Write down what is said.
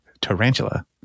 Tarantula